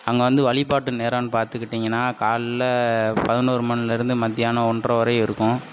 அங்கே வந்து வழிபாட்டு நேரன்னு பார்த்துக்கிட்டிங்கனா காலைல பதினோரு மணிலருந்து மத்யானம் ஒன்றரை வரையும் இருக்கும்